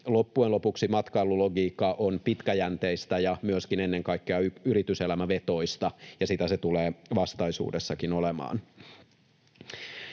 Loppujen lopuksi matkailulogiikka on pitkäjänteistä ja myöskin ennen kaikkea yrityselämävetoista, ja sitä se tulee vastaisuudessakin olemaan.